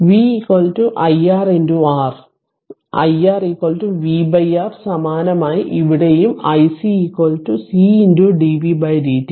അതിനാൽ v iRR അതിനാൽ iR v R സമാനമായി ഇവിടെയും iC C dv dt